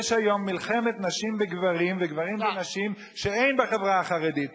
יש היום מלחמת נשים בגברים וגברים בנשים שאין בחברה החרדית.